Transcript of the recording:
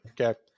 okay